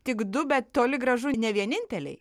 tik du bet toli gražu ne vieninteliai